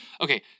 Okay